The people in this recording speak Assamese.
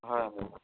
হয় হ'ব